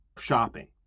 shopping